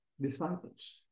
disciples